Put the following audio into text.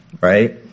right